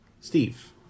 Steve